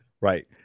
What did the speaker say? Right